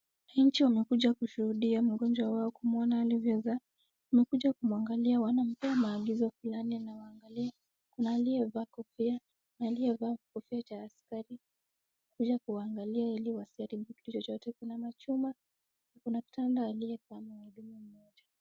Wanachi wamekuja kushuhudia mgonjwa wao kumwona alivyoza. Wamekuja kumwangalia, wanampea maagizo fulani , anawangalia. Kuna aliyevaa kofia, kuna aliyevaa kofia cha askari kuja kuwangalia ili wasiharibu kitu chochote. Kuna machuma ,kuna kitanda aliyekaa mhudumu mmoja.